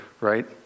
right